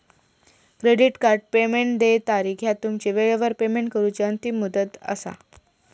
credit card payment देय तारीख ह्या तुमची वेळेवर पेमेंट करूची अंतिम मुदत असा